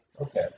Okay